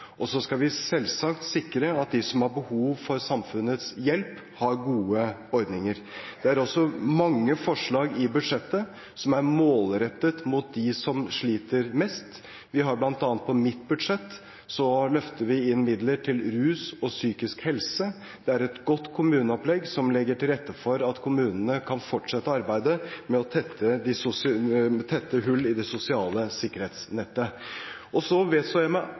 Og så skal vi selvsagt sikre at de som har behov for samfunnets hjelp, har gode ordninger. Det er også mange forslag i budsjettet som er målrettet mot dem som sliter mest. Blant annet på mitt budsjett løfter vi inn midler til rusbehandling og psykisk helse. Det er et godt kommuneopplegg som legger til rette for at kommunene kan fortsette arbeidet med å tette hull i det sosiale sikkerhetsnettet. Så vedstår jeg meg